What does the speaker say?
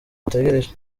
dutegereje